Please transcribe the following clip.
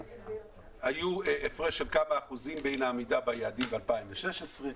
היו הפרש של כמה אחוזים בין העמידה ביעדים ב-2016,